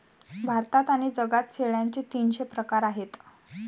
भारतात आणि जगात शेळ्यांचे तीनशे प्रकार आहेत